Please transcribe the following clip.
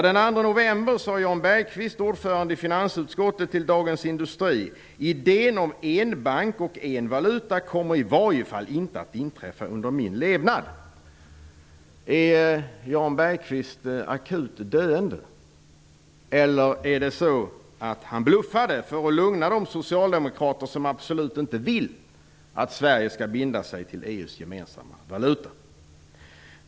Den 2 november sade Jan Industri: Idén om en bank och en valuta kommer i varje fall inte att genomföras under min levnad. Är Jan Bergqvist akut döende, eller bluffade han för att lugna de socialdemokrater som absolut inte vill att Sverige skall binda sig till EU:s gemensamma valuta?